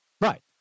right